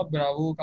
Bravo